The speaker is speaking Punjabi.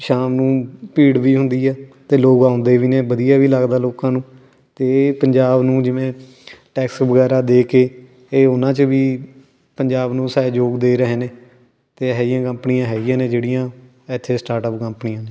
ਸ਼ਾਮ ਨੂੰ ਭੀੜ ਵੀ ਹੁੰਦੀ ਆ ਅਤੇ ਲੋਕ ਆਉਂਦੇ ਵੀ ਨੇ ਵਧੀਆ ਵੀ ਲੱਗਦਾ ਲੋਕਾਂ ਨੂੰ ਅਤੇ ਇਹ ਪੰਜਾਬ ਨੂੰ ਜਿਵੇਂ ਟੈਕਸ ਵਗੈਰਾ ਦੇ ਕੇ ਇਹ ਉਹਨਾਂ 'ਚ ਵੀ ਪੰਜਾਬ ਨੂੰ ਸਹਿਯੋਗ ਦੇ ਰਹੇ ਨੇ ਅਤੇ ਇਹੇ ਜਿਹੀਆਂ ਕੰਪਨੀਆਂ ਹੈਗੀਆਂ ਨੇ ਜਿਹੜੀਆਂ ਇੱਥੇ ਸਟਾਰਟਅੱਪ ਕੰਪਨੀਆਂ ਨੇ